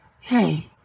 hey